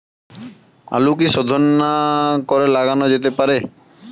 আলু কি শোধন না করে লাগানো যেতে পারে?